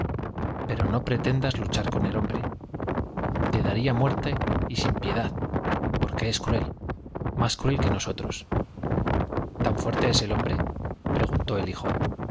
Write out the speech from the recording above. pero no pretendas luchar con el hombre te daría muerte y sin piedad porque es cruel más cruel que nosotros tan fuerte el hombre p el preguntó es hijo